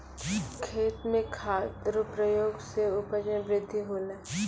खेत मे खाद रो प्रयोग से उपज मे बृद्धि होलै